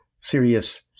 serious